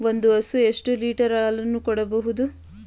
ಒಂದು ಹಸು ಎಷ್ಟು ಲೀಟರ್ ಹಾಲನ್ನು ಕೊಡಬಹುದು?